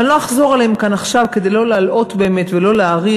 ואני לא אחזור עליהם כאן עכשיו כדי שלא להלאות באמת ולא להאריך,